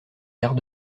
gare